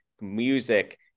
music